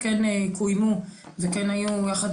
באיזה שכבות,